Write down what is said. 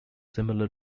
similar